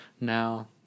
Now